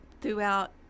throughout